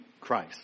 Christ